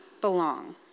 belong